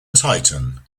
titan